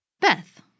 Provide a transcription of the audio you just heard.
Beth